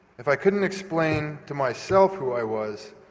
if i couldn't explain to myself who i was,